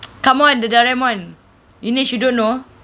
come on the doraemon vinesh you don't know